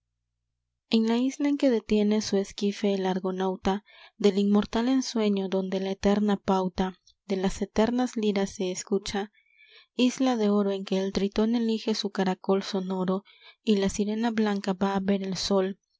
en la isla en que detiene su esquife el argonauta del inmortal ensueño donde la eterna pauta de las eternas liras se escucha isla de oro en que el tritón elige su caracol sonoro y la sirena blanca va a ver el sol un